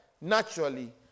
naturally